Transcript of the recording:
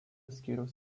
skyriaus